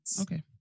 Okay